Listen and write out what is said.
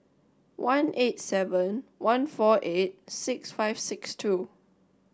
one eight seven one four eight six five six two